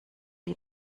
die